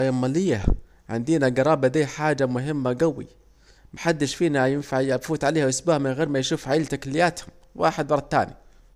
ايوه امال ايه، الجرابة دي عندينا حاجة مهمة جوي، محدش فينا ينفع يفوت عليه اسبوع من غير ما يشوف عيلته كلياتهم واحد ورا التاني